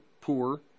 poor